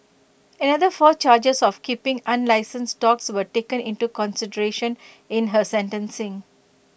another four charges of keeping unlicensed dogs were taken into consideration in her sentencing